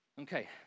Okay